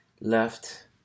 left